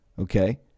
okay